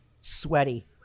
Sweaty